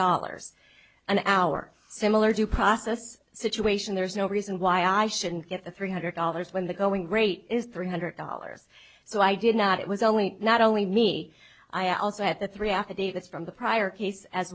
dollars an hour similar due process situation there's no reason why i shouldn't get the three hundred dollars when the going rate is three hundred dollars so i did not it was only not only me i also had the three affidavits from the prior case as